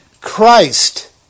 Christ